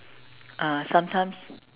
ah sometimes